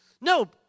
No